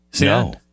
No